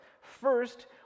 First